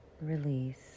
release